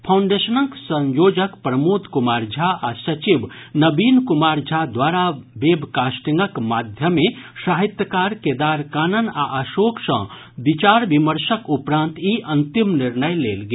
फाउंडेशनक संयोजक प्रमोद कुमार झा आ सचिव नवीन कुमार झा द्वारा वेबकास्टिंगक माध्यमे साहित्यकार केदार कानन आ अशोक सॅ विचार विमर्शक उपरांत ई अंतिम निर्णय लेल गेल